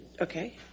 Okay